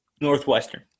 Northwestern